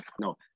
No